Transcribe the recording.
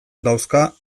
dauzka